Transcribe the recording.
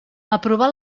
aprovar